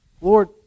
Lord